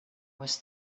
was